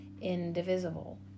indivisible